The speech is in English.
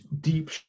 deep